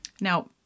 Now